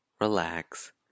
relax